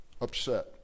Upset